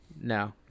No